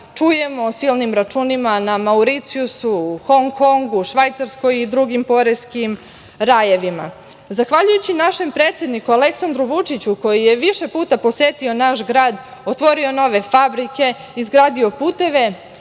čujemo o silnim računima na Mauricijusu, Hong Kongu, Švajcarskoj i drugim poreskim rajevima. Zahvaljujući našem predsedniku Aleksandru Vučiću koji je više puta posetio naš grad, otvorio nove fabrike, izgradio puteve,